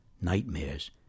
nightmares